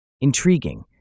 Intriguing